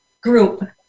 group